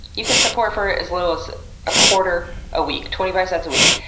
you can support for as little as a quarter a week, twenty five cents a week.